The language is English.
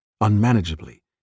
unmanageably